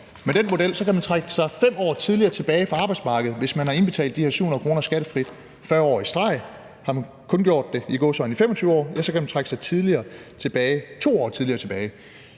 Med den model kan man trække sig 5 år tidligere tilbage fra arbejdsmarkedet, hvis man har indbetalt de her 700 kr. skattefrit 40 år i streg. Har man kun gjort det i – i gåseøjne – 25 år, kan man trække sig 2 år tidligere tilbage